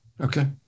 Okay